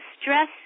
Stress